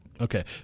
Okay